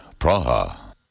Praha